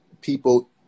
people